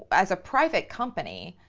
as a private company,